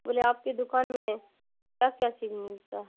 بولے آپ کی دکان میں کیا کیا چیز ملتا ہے